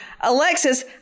Alexis